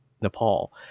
Nepal